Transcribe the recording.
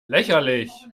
lächerlich